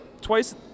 twice